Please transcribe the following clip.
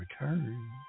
return